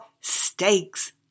stakes